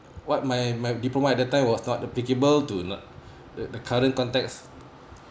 what my my diploma at that time was not applicable to the the current context